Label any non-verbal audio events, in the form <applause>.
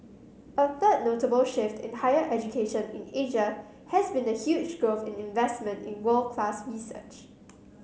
a third notable shift in higher education in <unintelligible> has been the huge growth in investment in world class research